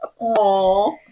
Aww